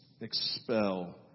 expel